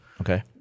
Okay